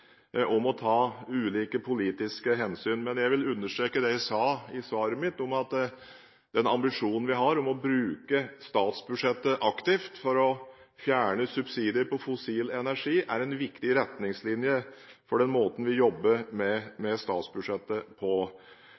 ta ulike politiske hensyn. Men jeg vil understreke det jeg sa i svaret mitt, at den ambisjonen vi har om å bruke statsbudsjettet aktivt for å fjerne subsidier på fossil energi, er en viktig retningslinje for den måten vi jobber med statsbudsjettet på.